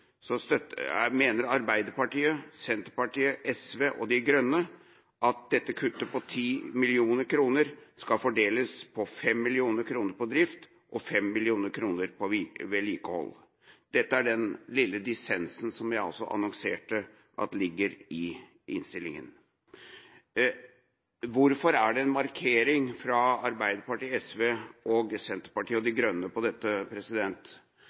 mener Arbeiderpartiet, Senterpartiet, SV og De Grønne at dette kuttet på 10 mill. kr skal fordeles med 5 mill. kr på drift og 5 mill. kr på vedlikehold. Dette er den lille dissensen jeg annonserte at ligger i innstillinga. Hvorfor er det en markering fra Arbeiderpartiet, SV, Senterpartiet og De Grønne på dette?